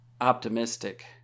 optimistic